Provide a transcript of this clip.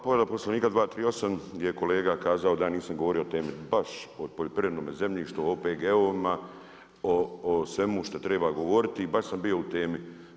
Povreda Poslovnika 238. gdje je kolega kazao da ja nisam govorio o temi, baš o poljoprivrednom zemljištu, OPG-ovima o svemu što treba govoriti i baš sam bio u temi.